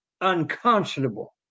unconscionable